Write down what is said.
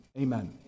amen